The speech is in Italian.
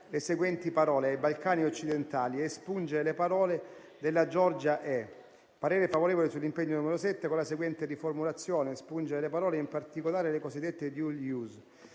le seguenti parole "ai Balcani occidentali" e espungere le parole "della Georgia e". Esprimo parere favorevole sull'impegno n. 7 con la seguente riformulazione: espungere le parole "in particolare le cosiddette «*dual